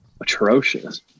atrocious